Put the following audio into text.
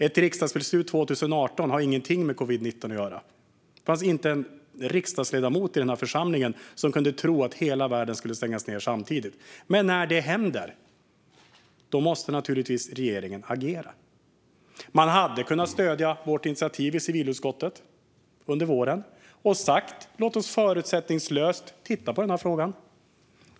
Ett riksdagsbeslut från 2018 har ingenting med covid-19 att göra; det fanns inte en riksdagsledamot som då kunde tro att hela världen skulle stängas ned samtidigt. Men när det händer måste regeringen naturligtvis agera. Man hade kunnat stödja vårt initiativ i civilutskottet under våren och säga: Låt oss förutsättningslöst titta på frågan!